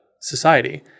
society